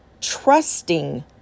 trusting